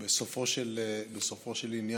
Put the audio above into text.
בסופו של עניין,